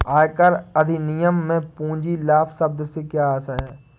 आयकर अधिनियम में पूंजी लाभ शब्द से क्या आशय है?